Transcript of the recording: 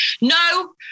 no